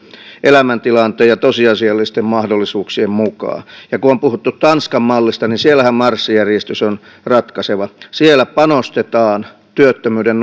elämäntilanteen ja tosiasiallisten mahdollisuuksien mukaan kun on puhuttu tanskan mallista niin siellähän marssijärjestys on ratkaiseva siellä panostetaan työttömyyden